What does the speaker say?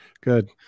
Good